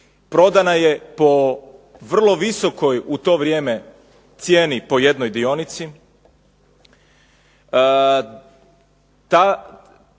prodana je po vrlo visokoj u to vrijeme cijeni po jednoj dionici. Ta